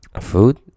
food